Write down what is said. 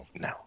No